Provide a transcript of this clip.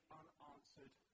unanswered